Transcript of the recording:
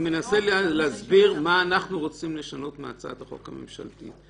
מנסה להסביר מה אנחנו מנסים לשנות מהצעת החוק הממשלתית.